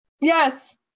Yes